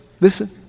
listen